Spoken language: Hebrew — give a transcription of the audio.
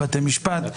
בתי משפט,